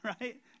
right